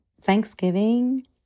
Thanksgiving